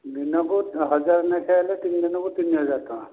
ଦିନକୁ ହଜାରେ ଲେଖାଁ ହେଲେ ତିନି ଦିନକୁ ତିନି ହଜାର ଟଙ୍କା